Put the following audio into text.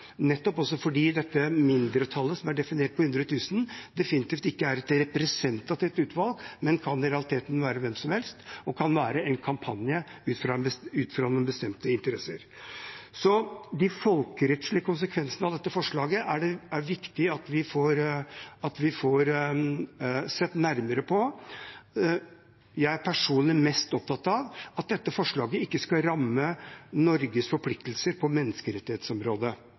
nettopp også fordi dette mindretallet, som er definert til hundre tusen, definitivt ikke er et representativt utvalg, men i realiteten kan være hvem som helst, og kan være en kampanje ut fra noen bestemte interesser. Så det er viktig at vi får sett nærmere på de folkerettslige konsekvensene av dette forslaget. Jeg er personlig mest opptatt av at dette forslaget ikke skal ramme Norges forpliktelser på menneskerettighetsområdet